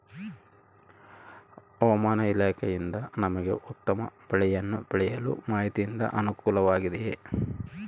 ಹವಮಾನ ಇಲಾಖೆಯಿಂದ ನಮಗೆ ಉತ್ತಮ ಬೆಳೆಯನ್ನು ಬೆಳೆಯಲು ಮಾಹಿತಿಯಿಂದ ಅನುಕೂಲವಾಗಿದೆಯೆ?